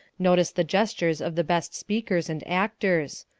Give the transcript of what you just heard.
notice the gestures of the best speakers and actors.